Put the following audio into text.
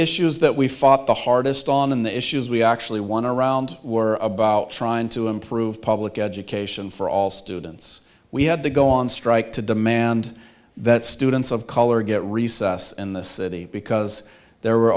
issues that we fought the hardest on the issues we actually won around were about trying to improve public education for all students we had to go on strike to demand that students of color get recess in the city because there were